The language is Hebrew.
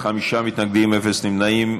נמנעים,